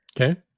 Okay